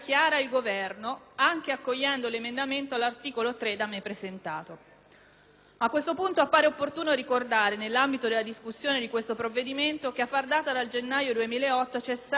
A questo punto appare opportuno ricordare, nell'ambito della discussione di questo provvedimento, che a far data dal gennaio 2008 è cessato per le regioni Umbria e Marche lo stato di emergenza proclamato a seguito della crisi sismica.